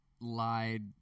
lied